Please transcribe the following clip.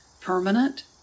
permanent